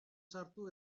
sartu